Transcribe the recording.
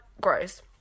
gross